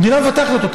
המדינה מבטחת אותו,